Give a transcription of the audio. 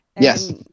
Yes